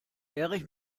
erich